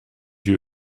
you